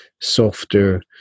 softer